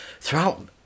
throughout